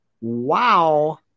Wow